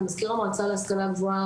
כמזכיר המועצה להשכלה גבוהה,